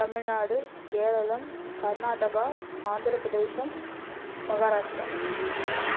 Tamil Nadu Keralam Karnataka Andhra Pradesh Maharashtra